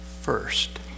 first